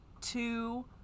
two